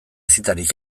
zitarik